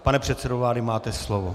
Pane předsedo vlády, máte slovo.